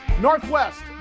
Northwest